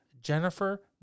Jennifer